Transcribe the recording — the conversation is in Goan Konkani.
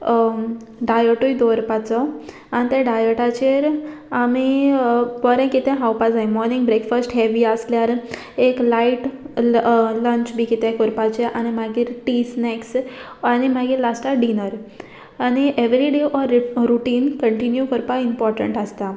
डायटूय दवरपाचो आनी ते डायटाचेर आमी बोरें कितें खावपा जाय मॉनींग ब्रेकफास्ट हेवी आसल्यार एक लायट लंच बी कितें कोरपाचें आनी मागीर टी स्नॅक्स आनी मागीर लास्टाक डिनर आनी एवरी डे रुटीन कंटिन्यू करपाक इम्पोर्टंट आसता